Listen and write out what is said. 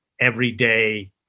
everyday